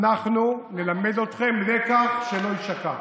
אנחנו נלמד אתכם לקח שלא יישכח.